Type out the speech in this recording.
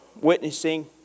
witnessing